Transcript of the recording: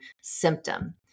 symptom